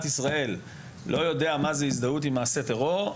ישראל לא יודע מה זה הזדהות עם מעשה טרור,